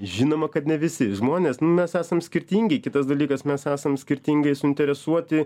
žinoma kad ne visi žmonės nu mes esam skirtingi kitas dalykas mes esam skirtingai suinteresuoti